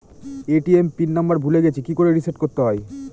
ATM PIN number ভুলে গেছি কি করে রিসেট করতে হয়?